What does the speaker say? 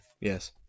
Yes